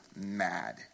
mad